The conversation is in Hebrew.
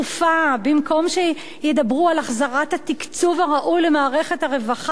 במקום שידברו על החזרת התקצוב הראוי למערכת הרווחה הציבורית,